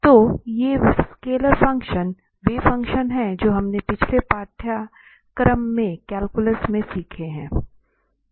तो ये scalar function वे फ़ंक्शन हैं जो हमने पिछले पाठ्यक्रम में कैलकुलस में सीखे हैं